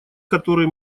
который